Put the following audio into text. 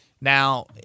Now